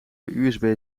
usb